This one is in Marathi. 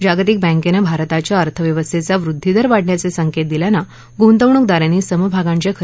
जागतिक बँकेनं भारताच्या अर्थव्यवस्थेचा वृद्धीदर वाढण्याचे संकेत दिल्यानं गुंतवणूकदारांनी समभागांच्या खरेदीत उत्साह दाखवला